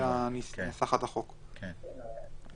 על-ידי נסחת החוק כמובן.